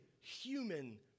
human